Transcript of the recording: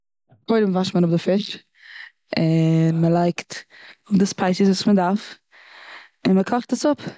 קודם וואשט מען אפ די פיש, און מ'לייגט די ספייסעס וואס מ'דארף, און מ'קאכט עס אפ.